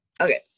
Okay